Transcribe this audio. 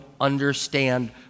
understand